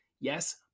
Yes